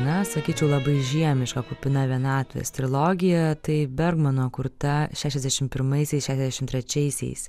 na sakyčiau labai žemiška kupina vienatvės trilogija tai bermano kurta šešiasdešim pirmaisiais šešiasdešim trečiaiaisiais